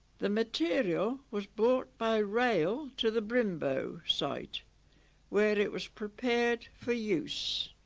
the material was brought by rail to the brymbo site where it was prepared for use